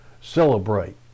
celebrate